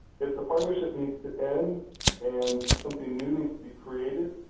if the partnership needs to end and something new needs to be created,